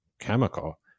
chemical